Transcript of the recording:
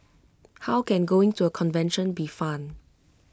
how can going to A convention be fun